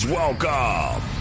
welcome